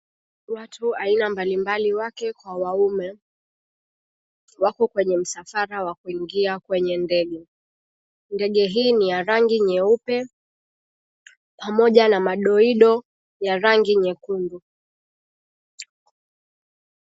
Watu aina mbalimbali wake kwa waume wapo kwenye msafara wa kuingia kwenye ndege. Ndege hii ni ya rangi nyeupe pamoja na madoido ya rangi nyekundu.